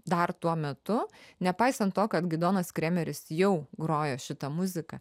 dar tuo metu nepaisant to kad gidonas kremeris jau grojo šitą muziką